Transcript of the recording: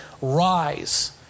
rise